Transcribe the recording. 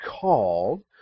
called